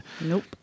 Nope